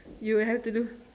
you have to do